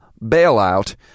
bailout